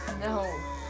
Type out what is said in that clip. No